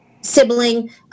sibling